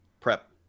Prep